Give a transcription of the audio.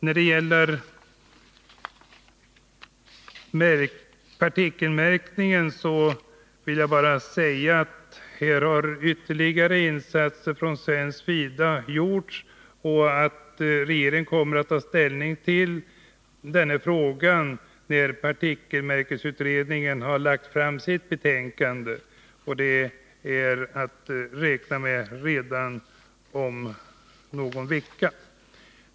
När det gäller partikelmärkningen vill jag bara säga att ytterligare insatser har gjorts från svensk sida och att regeringen kommer att ta ställning till denna fråga när partikelmärkningsutredningen har lagt fram sitt betänkande, som kan väntas redan om någon vecka.